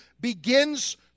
begins